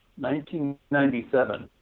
1997